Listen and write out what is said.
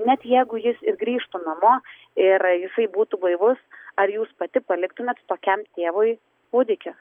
net jeigu jis ir grįžtų namo ir jisai būtų blaivus ar jūs pati paliktumėt tokiam tėvui kūdikį